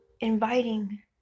inviting